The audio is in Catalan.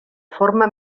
forma